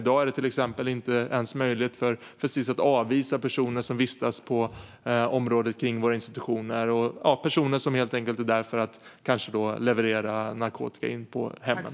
I dag är det till exempel inte ens möjligt för Sis att avvisa personer som vistas på området kring institutionerna - personer som helt enkelt är där för att leverera narkotika in till hemmet.